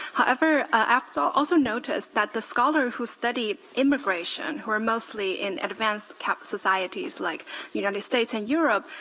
however, i also noticed that the scholar who studied immigration who are mostly in advanced societies, like united states and europe,